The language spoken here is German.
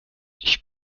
ich